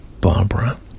barbara